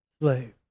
slave